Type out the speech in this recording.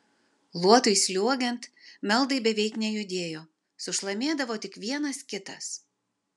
luotui sliuogiant meldai beveik nejudėjo sušlamėdavo tik vienas kitas